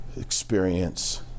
experience